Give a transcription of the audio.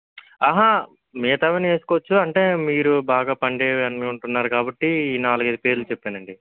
మిగతావన్నీ వేసుకోవచ్చు అంటే మీరు బాగా పండేవి అనుకుంటున్నారు కాబట్టి ఈ నాలుగైదు పేర్లు చెప్పానండి